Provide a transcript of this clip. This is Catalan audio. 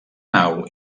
nau